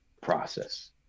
process